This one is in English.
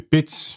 Bits